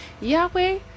yahweh